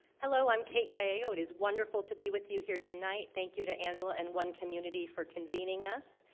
hello. i am kate gallego. it is wonderful to be with you here tonight. thank you to angela and one community for convening us.